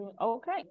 Okay